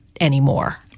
anymore